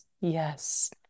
yes